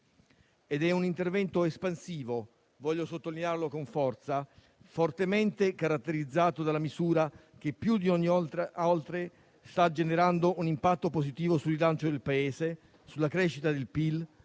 È un intervento espansivo, voglio sottolinearlo con forza, fortemente caratterizzato dalla misura che più di ogni altra sta generando un impatto positivo sul rilancio del Paese, sulla crescita del PIL,